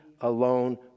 alone